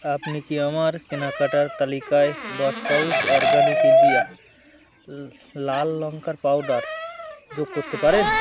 আপনি কি আমার কেনাকাটার তালিকায় দশ পাউচ অরগ্যানিক ইন্ডিয়া লাল লঙ্কার পাউডার যোগ করতেে পারেন